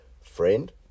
Friend